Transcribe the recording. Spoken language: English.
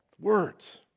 Words